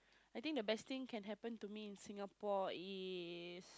I think the best thing can happen to me in Singapore